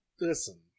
Listen